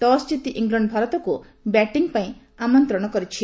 toss ଜିତି England ଭାରତକୁ batting ପାଇଁ ଅମନ୍ତ୍ରଣ କରିଛି